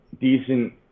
decent